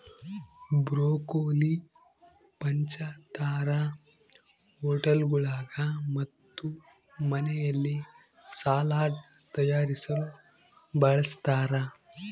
broccoli ಪಂಚತಾರಾ ಹೋಟೆಳ್ಗುಳಾಗ ಮತ್ತು ಮನೆಯಲ್ಲಿ ಸಲಾಡ್ ತಯಾರಿಸಲು ಬಳಸತಾರ